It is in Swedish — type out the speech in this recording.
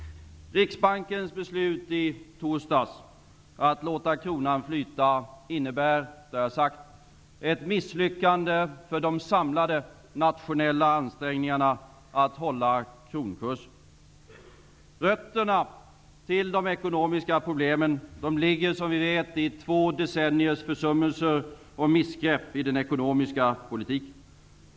Riksbankens beslut i torsdags att låta kronan flyta innebär -- det har jag sagt -- ett misslyckande för de samlade nationella ansträngningarna att hålla kronkursen. Rötterna till de ekonomiska problemen ligger, som vi vet, i två decenniers försummelser och missgrepp i den ekonomiska politiken.